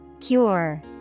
Cure